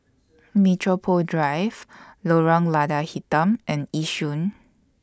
Metropole Drive Lorong Lada Hitam and Yishun